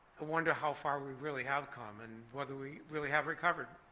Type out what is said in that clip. i wonder how far we really have come, and whether we really have recovered.